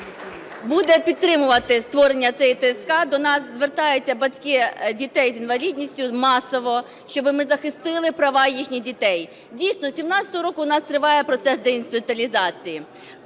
буде підтримувати створення цієї ТСК. до нас звертаються батьки дітей з інвалідністю масово, щоб ми захистили права їхніх дітей. Дійсно з 2017 року у нас триває процес деінституціалізації.